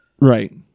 Right